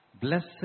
Blessed